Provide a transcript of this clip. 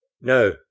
No